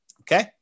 Okay